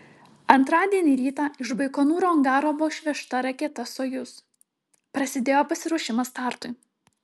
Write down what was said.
antradienį rytą iš baikonūro angaro buvo išvežta raketa sojuz prasidėjo pasiruošimas startui